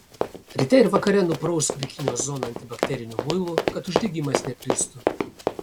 ryte ir vakare nuprausk bikinio zoną antibakteriniu muilu kad uždegimas neplistų